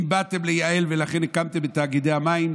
אם באתם לייעל ולכן הקמתם את תאגידי המים,